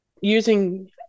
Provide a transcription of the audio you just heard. using